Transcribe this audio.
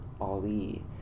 Ali